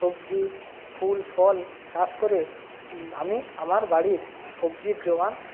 সবজি ফুল ফল চাষ করে আমি আমার বাড়ির সবজির জোগান